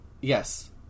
Yes